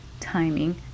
timing